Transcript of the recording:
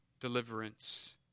deliverance